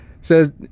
says